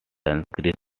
sanskrit